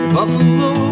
Buffalo